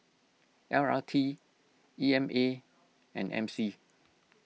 L R T E M A and M C